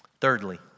Thirdly